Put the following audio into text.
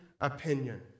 opinion